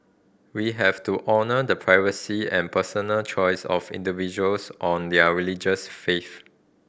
we have to honour the privacy and personal choice of individuals on their religious faith